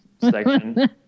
section